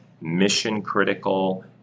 mission-critical